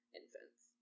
infants